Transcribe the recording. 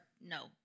no